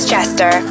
Chester